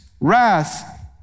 wrath